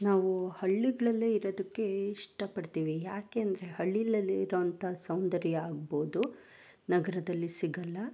ನಾವು ಹಳ್ಳಿಗಳಲ್ಲೆ ಇರೊದಕ್ಕೆ ಇಷ್ಟಪಡ್ತೀವಿ ಯಾಕೆ ಅಂದರೆ ಹಳ್ಳಿಯಲ್ಲಿ ಇರುವಂಥ ಸೌಂದರ್ಯ ಆಗ್ಬೋದು ನಗರದಲ್ಲಿ ಸಿಗೊಲ್ಲ